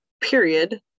period